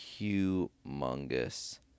humongous